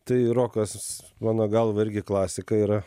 tai rokas mano galva irgi klasika yra